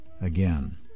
again